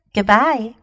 Goodbye